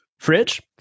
Fridge